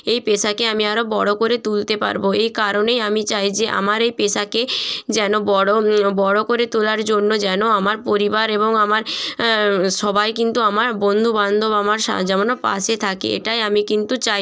এই পেশাকে আমি আরও বড়ো করে তুলতে পারবো এই কারণেই আমি চাই যে আমার এই পেশাকে যেন বড়ো বড়ো করে তোলার জন্য যেন আমার পরিবার এবং আমার সবাই কিন্তু আমার বন্ধুবান্ধব আমার সা যেমনও পাশে থাকে এটাই আমি কিন্তু চাই